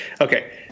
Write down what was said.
okay